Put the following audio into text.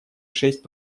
шесть